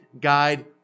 guide